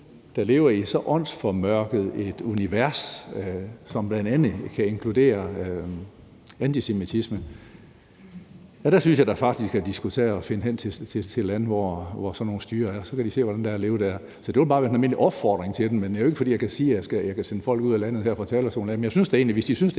og lever i så åndsformørket et univers, som bl.a. inkluderer antisemitisme, synes jeg da faktisk skulle tage at finde hen til lande, hvor sådan nogle styrer er. Så kan de se, hvordan det er at leve der. Så det ville bare være en almindelig opfordring til dem, men det er jo ikke, fordi jeg kan sende folk ud af landet her fra talerstolen af.